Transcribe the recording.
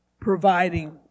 providing